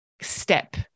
step